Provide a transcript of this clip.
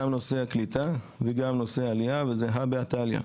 גם נושא הקליטה וגם נושא העלייה וזה הא בהא תליא.